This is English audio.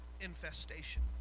infestation